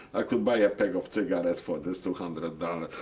i could buy a pack of cigarettes for these two hundred dollars.